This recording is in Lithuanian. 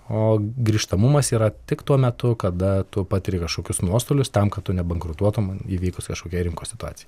o grįžtamumas yra tik tuo metu kada tu patiri kažkokius nuostolius tam kad tu nebankrutuotum įvykus kažkokiai rinkos situacijai